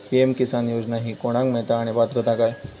PM Kisan योजना ही कोणाक मिळता आणि पात्रता काय?